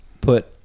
put